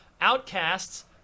Outcasts